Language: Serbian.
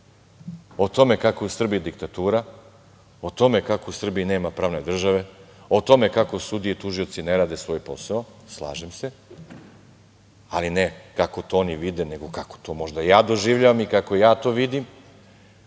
O tome kako je u Srbiji diktatura, o tome kako u Srbiji nema pravne države, o tome kako sudije i tužioci ne rade svoj posao. Slažem se, ali ne kako to oni vide, nego kako to možda ja doživljavam i kao ja to vidim,